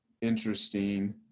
interesting